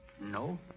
No